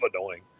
annoying